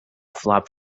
flop